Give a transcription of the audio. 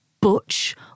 butch